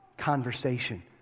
conversation